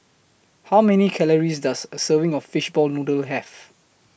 How Many Calories Does A Serving of Fishball Noodle Have